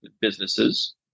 businesses